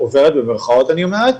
עוברת במרכאות אני אומרת,